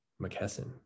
McKesson